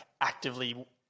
actively